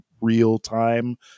real-time